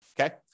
okay